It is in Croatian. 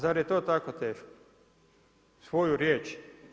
Zar je to tako teško svoju riječ?